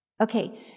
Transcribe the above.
Okay